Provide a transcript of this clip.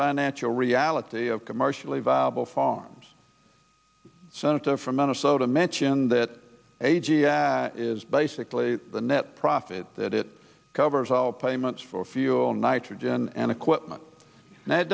financial reality of commercially viable farms senator from minnesota mentioned that a g e is basically the net profit that it covers all payments for fuel nitrogen and equipment